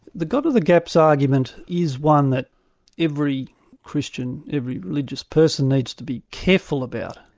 the god of the gaps argument is one that every christian, every religious person, needs to be careful about.